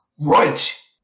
Right